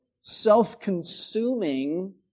self-consuming